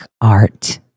art